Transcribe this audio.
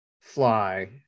fly